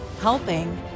helping